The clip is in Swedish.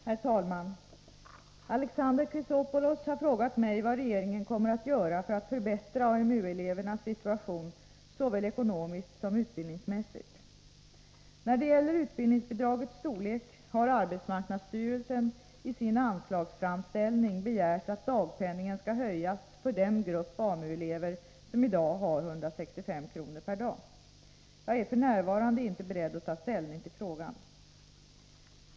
Herr talman! Alexander Chrisopoulos har frågat mig vad regeringen kommer att göra för att förbättra AMU-elevernas situation såväl ekonomiskt som utbildningsmässigt. När det gäller utbildningsbidragets storlek har arbetsmarknadsstyrelsen i sin anslagsframställning begärt att dagpenningen skall höjas för den grupp AMU-elever som i dag har 165 kr./dag. Jag är f. n. inte beredd att ta ställning till frågan.